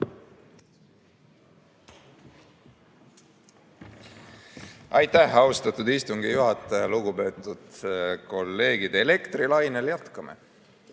Aitäh, austatud istungi juhataja! Lugupeetud kolleegid! Elektri lainel jätkame.